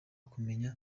kumenya